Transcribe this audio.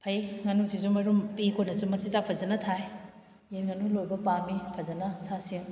ꯐꯩ ꯉꯅꯨꯁꯤꯁꯨ ꯃꯔꯨꯝ ꯄꯤ ꯑꯩꯈꯣꯏꯅꯁꯨ ꯐꯖꯟꯅ ꯊꯥꯏ ꯌꯦꯟ ꯉꯅꯨ ꯂꯣꯏꯕ ꯄꯥꯝꯃꯤ ꯐꯖꯟꯅ ꯁꯥꯁꯤꯡ